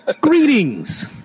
Greetings